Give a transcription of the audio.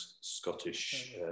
Scottish